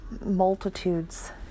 multitudes